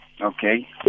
okay